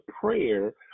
prayer